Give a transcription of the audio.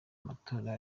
amatora